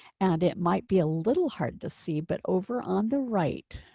and it might be a little hard to see, but over on the right.